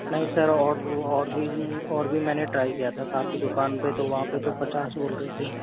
नहीं सर और वो और भी और भी मैंने ट्राई किया था काफ़ी दुकान पे तो वहाँ पे तो पचास बोल रहे थे